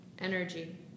energy